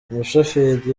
umushoferi